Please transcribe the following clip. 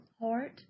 heart